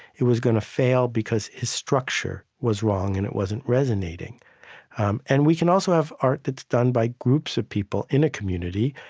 it was gonna fail because the structure was wrong and it wasn't resonating um and we can also have art that's done by groups of people in a community,